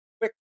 quick